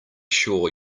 sure